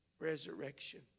resurrection